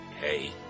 Hey